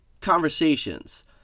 conversations